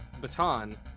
baton